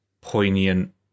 poignant